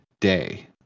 day